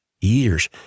years